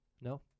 No